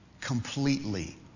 completely